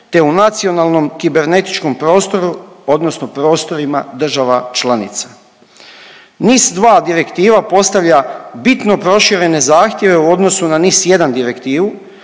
te u nacionalnom kibernetičkom prostoru odnosno prostorima država članica. NIS2 direktiva postavlja bitno proširene zahtjeve u odnosu na NIS1 direktivu